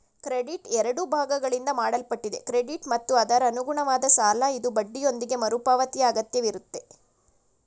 credit ಎರಡು ಭಾಗಗಳಿಂದ ಮಾಡಲ್ಪಟ್ಟಿದೆ ಕ್ರೆಡಿಟ್ ಮತ್ತು ಅದರಅನುಗುಣವಾದ ಸಾಲಇದು ಬಡ್ಡಿಯೊಂದಿಗೆ ಮರುಪಾವತಿಯಅಗತ್ಯವಿರುತ್ತೆ